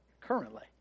currently